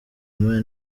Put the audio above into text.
moya